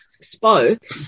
spoke